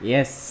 Yes